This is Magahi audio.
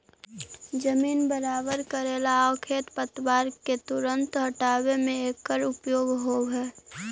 जमीन बराबर कऽरेला आउ खेर पतवार के तुरंत हँटावे में एकरा उपयोग होवऽ हई